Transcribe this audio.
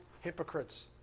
hypocrites